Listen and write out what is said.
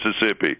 Mississippi